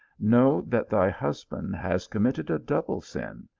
know that thy husband has committed a double sin,